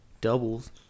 doubles